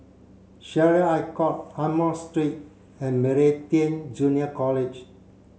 Syariah Court Amoy Street and Meridian Junior College